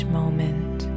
moment